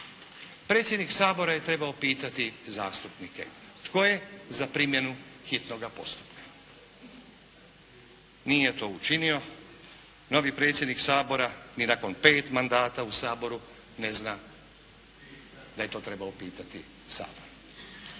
Predsjednik Sabora je trebao pitati zastupnike tko je za primjenu hitnog postupka. Nije to učinio. Novi predsjednik Sabora ni nakon pet mandata u Saboru ne zna da je to trebao pitati Sabor.